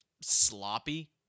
sloppy